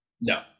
No